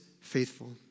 faithful